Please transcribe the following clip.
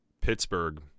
Pittsburgh